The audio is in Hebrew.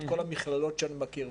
את כל המכללות שאני מכיר,